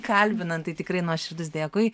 kalbinant tai tikrai nuoširdus dėkui